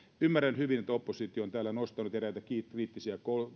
ymmärrän hyvin että oppositio on täällä nostanut eräitä kriittisiä